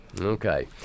Okay